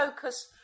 focus